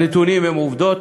הנתונים הם עובדות,